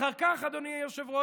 אחר כך, אדוני היושב-ראש,